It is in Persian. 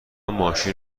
ماشین